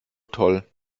toll